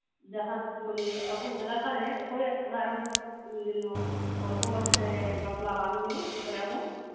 ᱡᱟᱸᱦᱟ ᱟᱵᱚ ᱮᱞᱟᱠᱟᱨᱮ ᱚᱠᱚᱭᱟᱜ ᱚᱲᱟᱜ ᱨᱮᱦᱚᱸ ᱡᱮᱱᱚ ᱚᱞᱯᱚ ᱵᱚᱭᱚᱥ ᱨᱮ ᱡᱮᱱᱚ ᱵᱟᱯᱞᱟ ᱵᱟᱝ ᱦᱩᱭᱩᱜ